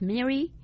Mary